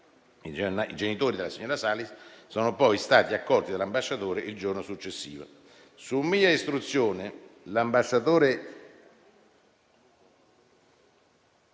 I genitori della signora Salis sono poi stati accolti dall'ambasciatore il giorno successivo. Su mia istruzione, l'ambasciatore